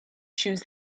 choose